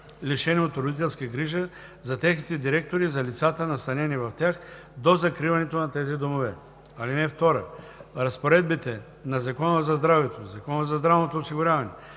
лишени от родителска грижа, за техните директори и за лицата, настанени в тях, до закриването на тези домове. (2) Разпоредбите на Закона за здравето, Закона за здравното осигуряване,